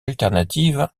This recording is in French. alternative